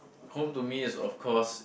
home to me is of course